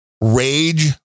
rage